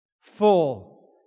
full